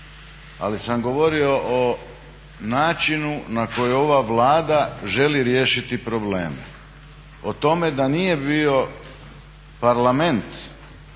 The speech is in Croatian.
Ali sam govorio o načinu na koji ova Vlada želi riješiti probleme. O tome da nije bio Parlament